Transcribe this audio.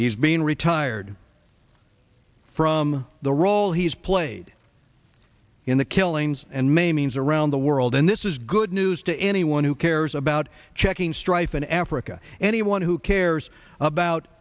he's been retired from the role he's played in the killings and maimings around the world and this is good news to anyone who cares about checking strife in africa anyone who cares about